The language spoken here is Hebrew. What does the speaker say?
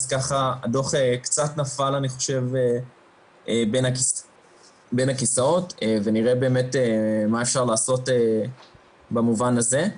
אז הדוח קצת נפל בין הכיסאות ונראה באמת מה אפשר לעשות במובן הזה.